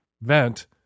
vent